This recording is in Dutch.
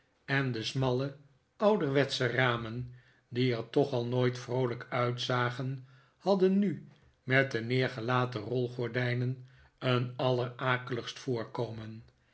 en de smalle ouderwetsche ramen die er toch al nooit vroolijk uitzagen hadden nu met de neergelaten rolgordijnen een allerakeligst voorkomen